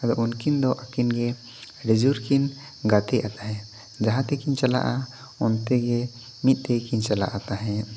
ᱟᱫᱚ ᱩᱱᱠᱤᱱ ᱫᱚ ᱟᱹᱠᱤᱱᱜᱮ ᱟᱹᱰᱤᱡᱳᱨ ᱠᱤᱱ ᱜᱟᱛᱮᱜᱼᱟ ᱛᱟᱦᱮᱫ ᱡᱟᱦᱟᱸ ᱛᱮᱠᱤᱱ ᱪᱟᱞᱟᱜᱼᱟ ᱚᱱᱛᱮ ᱜᱮ ᱢᱤᱫ ᱛᱮᱜᱮᱠᱤᱱ ᱪᱟᱞᱟᱜᱼᱟ ᱛᱟᱦᱮᱫ